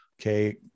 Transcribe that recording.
okay